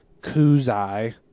Kuzai